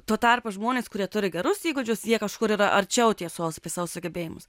tuo tarpu žmonės kurie turi gerus įgūdžius jie kažkur yra arčiau tiesos apie savo sugebėjimus